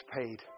paid